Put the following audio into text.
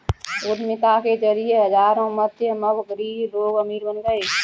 उद्यमिता के जरिए हजारों मध्यमवर्गीय लोग अमीर बन गए